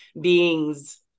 beings